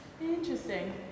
Interesting